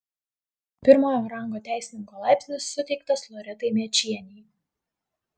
pirmojo rango teisininko laipsnis suteiktas loretai mėčienei